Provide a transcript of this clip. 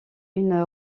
une